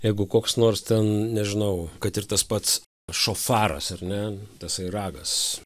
jeigu koks nors ten nežinau kad ir tas pats šofaras ar ne tasai ragas